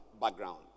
background